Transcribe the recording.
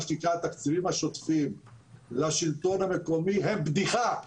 מה שנקרא התקציבים השוטפים לשלטון המקומי הם בדיחה.